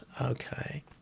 Okay